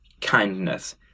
kindness